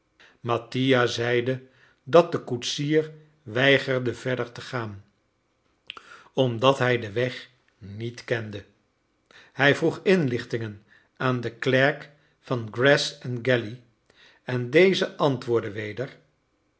mattia zeide dat de koetsier weigerde verder te gaan omdat hij den weg niet kende hij vroeg inlichtingen aan den klerk van greth and galley en deze antwoordde weder